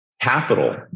capital